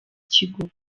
kigo